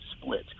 split